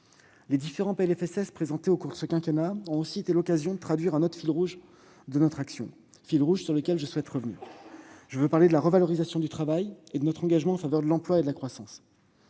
sécurité sociale présentés durant ce quinquennat ont également été l'occasion de traduire un autre fil rouge de notre action, sur lequel je souhaite revenir : je veux parler de la revalorisation du travail et de notre engagement en faveur de l'emploi et de la croissance.